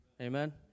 Amen